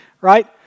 right